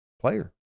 player